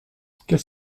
qu’est